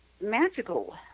Magical